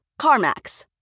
carmax